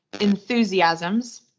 enthusiasms